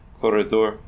corredor